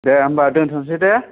दे होनबा दोन्थ'नोसै दे